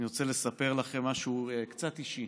אני רוצה לספר לכם משהו קצת אישי.